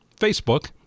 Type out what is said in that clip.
facebook